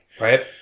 Right